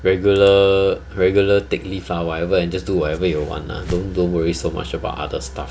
regular regular take leave ah whatever and just do whatever you want lah don't don't worry so much about other stuff